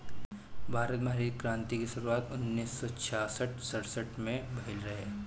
भारत में हरित क्रांति के शुरुआत उन्नीस सौ छियासठ सड़सठ में भइल रहे